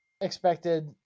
expected